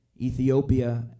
Ethiopia